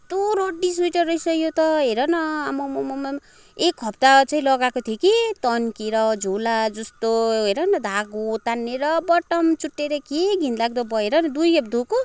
कस्तो रड्डी स्वेटर रहेछ यो त हेर न आम्मममम एक हप्ता चाहिँ लगाएको थिएँ कि तन्केर झोलाजस्तो हेर न धागो तानिएर बटन चुट्टिएर के घिनलाग्दो भयो हेर न दुईखेप धोएको